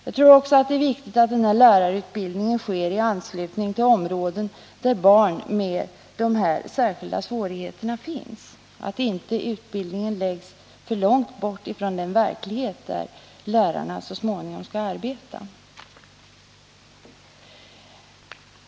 Jag tror också att det är viktigt att denna lärarutbildning sker i anslutning till områden där barn med dessa speciella svårigheter finns och att utbildningen inte läggs för långt bort från den verklighet där lärarna så småningom skall arbeta.